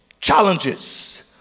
challenges